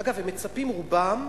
אגב, הם מצפים, רובם,